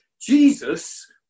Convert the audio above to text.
Jesus